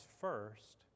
first